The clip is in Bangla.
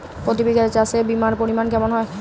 প্রতি বিঘা চাষে বিমার পরিমান কেমন হয়?